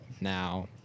Now